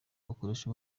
wakoresha